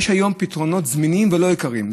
יש היום פתרונות זמינים ולא יקרים,